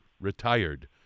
retired